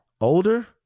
Older